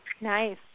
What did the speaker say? Nice